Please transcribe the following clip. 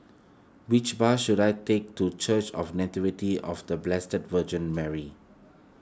which bus should I take to Church of Nativity of the Blessed Virgin Mary